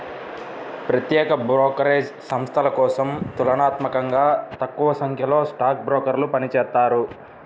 ప్రత్యేక బ్రోకరేజ్ సంస్థల కోసం తులనాత్మకంగా తక్కువసంఖ్యలో స్టాక్ బ్రోకర్లు పనిచేత్తారు